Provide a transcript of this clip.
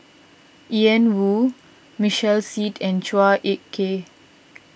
Ian Woo Michael Seet and Chua Ek Kay